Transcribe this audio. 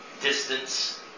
distance